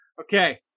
Okay